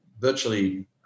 virtually